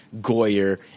Goyer